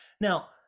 Now